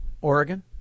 Oregon